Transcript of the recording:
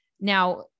Now